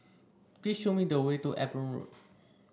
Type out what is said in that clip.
please show me the way to Eben Road